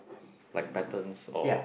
like patterns or